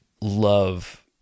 love